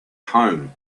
home